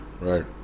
right